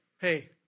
Hey